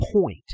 point